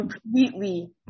completely